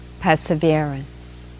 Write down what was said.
perseverance